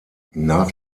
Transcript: nach